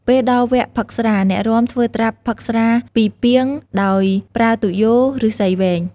ពេលដល់វត្គផឹកស្រា អ្នករាំធ្វើត្រាប់ផឹកស្រាពីពាងដោយប្រើទុយោឫស្សីវែង។